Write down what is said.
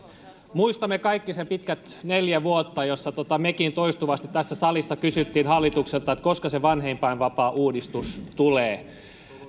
muistamme kaikki ne pitkät neljä vuotta jolloin mekin toistuvasti tässä salissa kysyimme hallitukselta koska se vanhempainvapaauudistus tulee